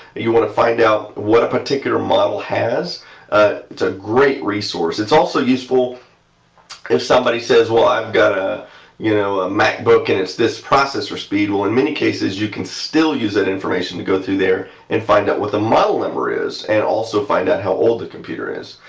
you want to find out what a particular model has, ah its a great resource. its also useful if somebody says well i've got a you know ah macbook and its this processor speed well in many cases you can still use that information to go through there and find out what the model number is and also find out how old the computer is.